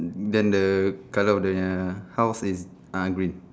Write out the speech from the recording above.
mm then the colour of the house is uh green